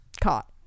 caught